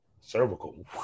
Cervical